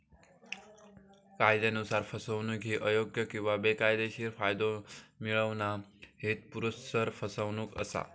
कायदयानुसार, फसवणूक ही अयोग्य किंवा बेकायदेशीर फायदो मिळवणा, हेतुपुरस्सर फसवणूक असा